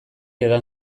edan